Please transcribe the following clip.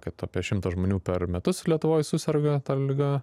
kad apie šimtą žmonių per metus lietuvoj suserga ta liga